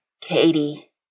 Katie